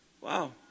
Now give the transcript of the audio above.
Wow